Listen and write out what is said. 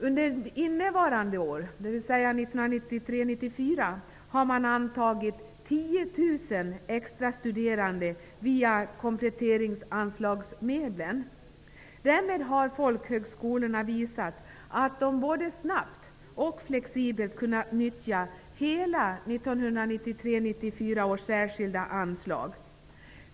Under innevarande budgetår, dvs. 1993 94 års särskilda anslag.